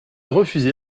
refusé